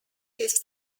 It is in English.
his